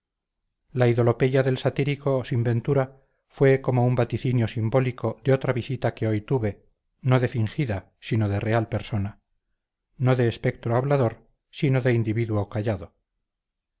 la idolopeya del satírico sin ventura fue como un vaticinio simbólico de otra visita que hoy tuve no de fingida sino de real persona no de espectro hablador sino de individuo callado